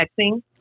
texting